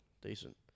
Decent